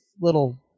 little